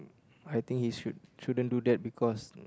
I think he should shouldn't do that because